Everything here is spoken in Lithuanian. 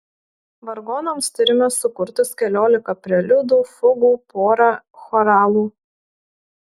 vargonams turime sukurtus keliolika preliudų fugų porą choralų